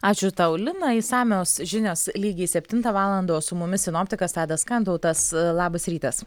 ačiū tau lina išsamios žinios lygiai septintą valandą o su mumis sinoptikas tadas kantautas labas rytas